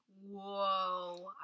whoa